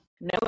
no